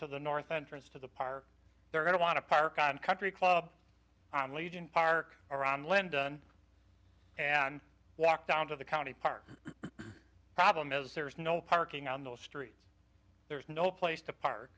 to the north entrance to the park they're going to want to park on country club i'm legion park around land and walk down to the county park problem is there's no parking on the street there's no place to park